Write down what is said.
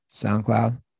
SoundCloud